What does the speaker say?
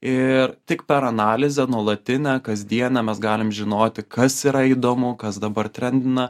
ir tik per analizę nuolatinę kasdienę mes galim žinoti kas yra įdomu kas dabar trendina